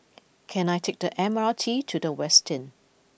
can I take the M R T to The Westin